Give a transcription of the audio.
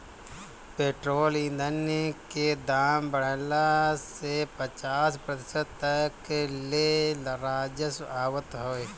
petrol ईधन के दाम बढ़ला से पचास प्रतिशत तक ले राजस्व आवत हवे